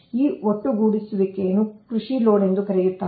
ಈ ಒಟ್ಟುಗೂಡಿಸುವಿಕೆಯನ್ನು ಕೃಷಿ ಲೋಡ್ ಎಂದು ಕರೆಯುತ್ತಾರೆ